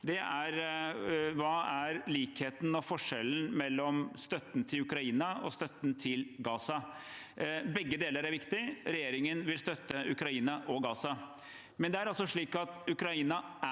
Det er: Hva er likheten og forskjellen mellom støtten til Ukraina og støtten til Gaza? Begge deler er viktig. Regjeringen vil støtte Ukraina og Gaza, men det er altså slik at Ukraina